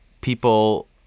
people